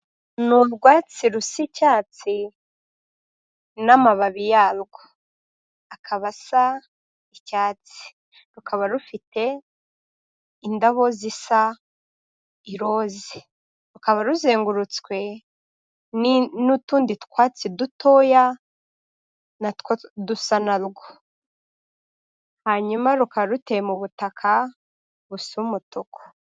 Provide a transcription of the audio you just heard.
Ni urwatsi rusa icyatsi n'amababi yarwo akaba asa icyatsi, rukaba rufite indabo zisa iroze, rukaba ruzengurutswe n'utundi twatsi dutoya, natwo dusa narrwo, hanyuma rukaba ruteye mu butaka busa umutuku.